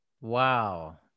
wow